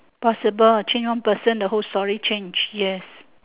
possible change one person the whole story change yes